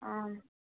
आम्